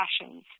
passions